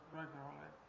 regularly